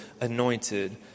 anointed